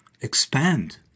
expand